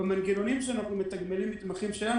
במנגנונים שאנחנו מתגמלים מתמחים שלנו,